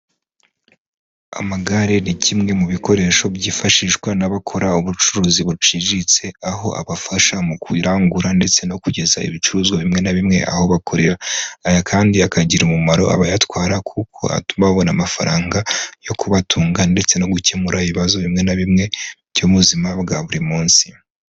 Amagare ni kimwe mu bikoresho byifashishwa n'abakora ubucuruzi buciriritse, aho abafasha mu kuyirangura ndetse no kugeza ibicuruzwa bimwe na bimwe aho bakorera, aya kandi akagira umumaro abayatwara kuko atuma babona amafaranga yo kubatunga ndetse no gukemura ibibazo bimwe na bimwe by'ubuzima bwa buri munsi.